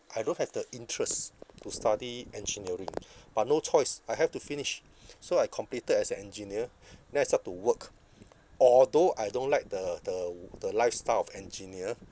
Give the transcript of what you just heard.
I don't have the interest to study engineering but no choice I have to finish so I completed as an engineer then I start to work although I don't like the the w~ the lifestyle of engineer